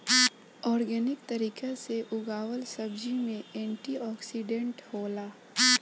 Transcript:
organic तरीका से उगावल सब्जी में एंटी ओक्सिडेंट होला